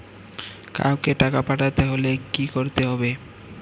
কাওকে টাকা পাঠাতে হলে কি করতে হবে?